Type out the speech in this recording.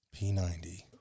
P90